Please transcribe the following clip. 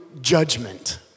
judgment